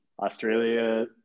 Australia